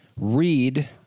read